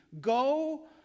Go